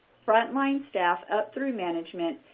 frontline staff up through management,